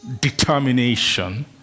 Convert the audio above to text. determination